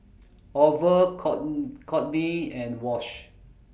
Orval Kortney and Wash